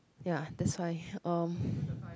ya that's why um